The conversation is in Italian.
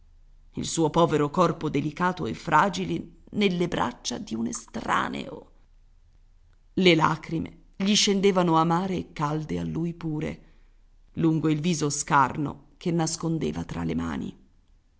il suo povero corpo delicato e fragile nelle braccia di un estraneo le lagrime gli scendevano amare e calde a lui pure lungo il viso scarno che nascondeva fra le mani